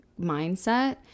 mindset